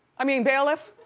i mean bailiff.